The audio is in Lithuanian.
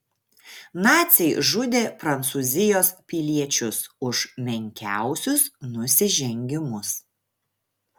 naciai žudė prancūzijos piliečius už menkiausius nusižengimus